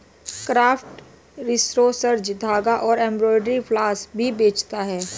craft resources धागा और embroidery floss भी बेचता है